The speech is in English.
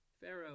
Pharaoh